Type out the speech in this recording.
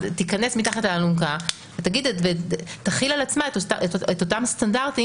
תיכנס מתחת האלונקה ותחיל על עצמה את אותם סטנדרטים